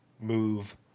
move